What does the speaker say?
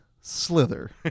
Slither